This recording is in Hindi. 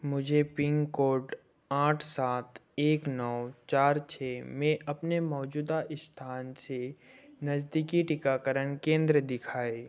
मुझे पिनकोड आठ सात एक नौ चार छः में अपने मौजूदा स्थान से नज़दीकी टीकाकरण केंद्र दिखाएँ